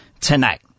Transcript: tonight